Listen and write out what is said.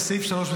מסעיף 3,